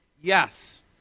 Yes